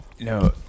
No